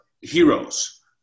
heroes